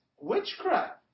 witchcraft